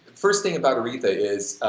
first thing about aretha is